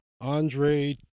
Andre